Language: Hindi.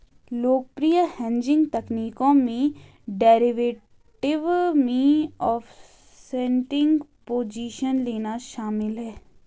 लोकप्रिय हेजिंग तकनीकों में डेरिवेटिव में ऑफसेटिंग पोजीशन लेना शामिल है